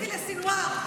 תגידי לסנוואר.